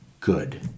good